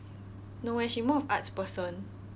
no eh she's more of arts person